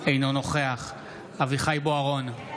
אינו נוכח אביחי אברהם בוארון,